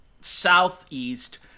southeast